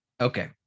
Okay